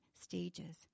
stages